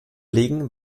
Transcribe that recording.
überlegen